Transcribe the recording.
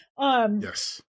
Yes